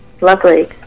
Lovely